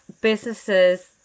businesses